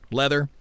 leather